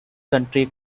country